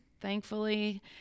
thankfully